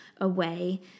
away